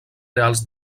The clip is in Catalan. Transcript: reals